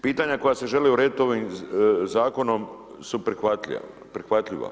Pitanja koja se žele urediti ovim Zakonom su prihvatljiva.